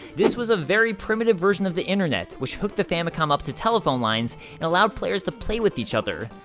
this was a very primitive version of the internet, which hooked the famicom up to telephone lines, and allowed players to play with each other.